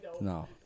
No